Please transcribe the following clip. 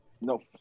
No